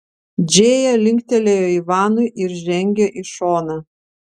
džėja linktelėjo ivanui ir žengė į šoną